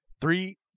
Three